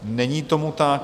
Není tomu tak.